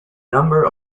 number